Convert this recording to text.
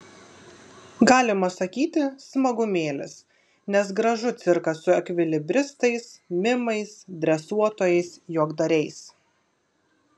galima sakyti smagumėlis nes gražu cirkas su ekvilibristais mimais dresuotojais juokdariais